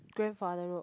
grandfather road